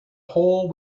whole